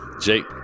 Jake